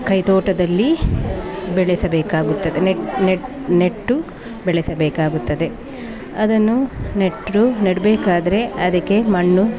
ಕೈ ತೋಟದಲ್ಲಿ ಬೆಳೆಸಬೇಕಾಗುತ್ತದೆ ನೆಟ್ಟು ನೆಟ್ಟು ನೆಟ್ಟು ಬೆಳೆಸಬೇಕಾಗುತ್ತದೆ ಅದನ್ನು ನೆಟ್ಟು ನೆಡಬೇಕಾದ್ರೆ ಅದಕ್ಕೆ ಮಣ್ಣು